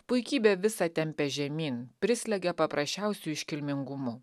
puikybė visa tempia žemyn prislegia paprasčiausiu iškilmingumu